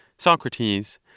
Socrates